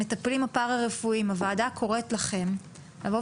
המטפלים הפרא רפואיים הועדה קוראת לכם לבוא